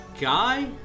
guy